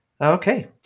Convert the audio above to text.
Okay